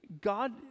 God